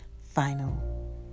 final